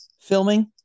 filming